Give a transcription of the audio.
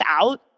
out